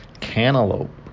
Cantaloupe